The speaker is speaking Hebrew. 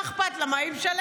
מה אכפת לה, מה, היא משלמת?